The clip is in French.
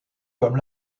comme